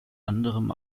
anderem